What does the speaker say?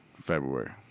February